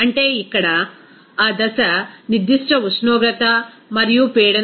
అంటే ఇక్కడ ఆ దశ నిర్దిష్ట ఉష్ణోగ్రత మరియు పీడనం వద్ద మార్చబడుతుంది